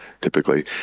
typically